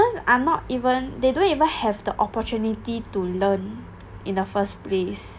are not even they don't even have the opportunity to learn in the first place